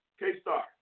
K-Star